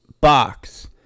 box